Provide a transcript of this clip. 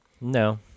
no